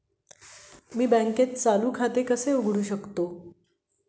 मी बँकेत चालू खाते कसे उघडू शकतो?